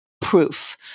proof